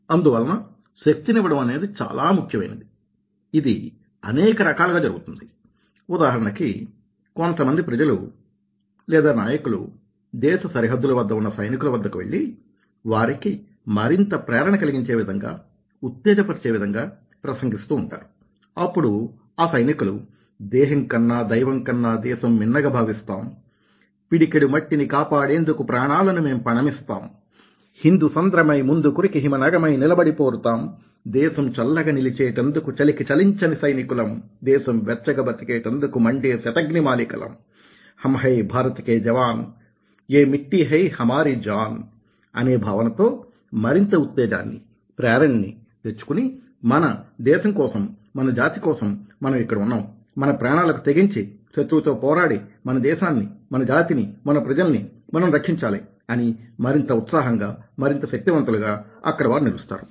అందువలన శక్తినివ్వడం అనేది చాలా ముఖ్యమైనది ఇది అనేక రకాలుగా జరుగుతుంది ఉదాహరణకి కొంత మంది ప్రజలు నాయకులు దేశ సరిహద్దుల వద్ద ఉన్న సైనికుల వద్దకు వెళ్లి వారికి మరింత ప్రేరణ కలిగించే విధంగా ఉత్తేజ పరచే విధంగా ప్రసంగిస్తూ ఉంటారు అప్పుడు ఆ సైనికులు దేహం కన్నా దైవం కన్నా దేశం మిన్నగ భావిస్తాం పిడికెడు మట్టిని కాపాడేందుకు ప్రాణాలను మేం పణమిస్తాం హిందు సంద్రమై ముందుకురికి హిమ నగమై నిలబడి పోరుతాం దేశం చల్లగ నిలిచేటందుకు చలికి చలించని సైనికులం దేశం వెచ్చగ బ్రతికేటందుకు మండే శతఘ్ని మాలికలం హమ్ హై భారత్ కే జవాన్ యే మిట్టీ హై హమారె జాన్ స్వీయం అనే భావనతో మరింత ఉత్తేజాన్ని ప్రేరణనీ తెచ్చుకుని మన దేశం కోసం మన జాతి కోసం మనం ఇక్కడ ఉన్నాం మన ప్రాణాలకు తెగించి శత్రువుతో పోరాడి మన దేశాన్ని మన జాతిని మన ప్రజల్ని మనం రక్షించాలి అని మరింత ఉత్సాహంగా మరింత శక్తివంతులుగా అక్కడ వారు నిలుస్తారు